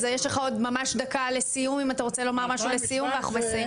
אז יש לך עוד דקה ואנחנו מסיימים.